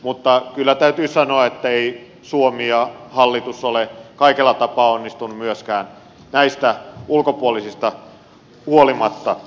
mutta kyllä täytyy sanoa että ei suomi ja hallitus ole kaikella tapaa onnistunut myöskään näistä ulkopuolisista huolimatta